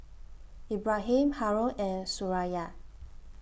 Ibrahim Haron and Suraya